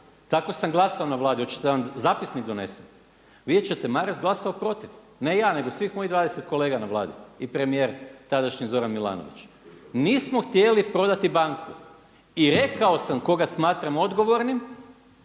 Tako sam glasovao na Vladi. Hoćete da vam zapisnik donesem? Vidjet ćete Maras glasovao protiv. Ne ja, nego svih mojih 20 kolega na Vladi i premijer tadašnji Zoran Milanović. Nismo htjeli prodati banku. I rekao sam koga smatram odgovornim